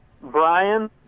Brian